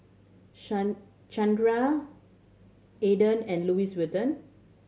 Chanira Aden and Louis Vuitton